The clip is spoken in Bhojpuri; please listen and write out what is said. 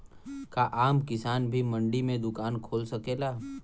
का आम किसान भी मंडी में दुकान खोल सकेला?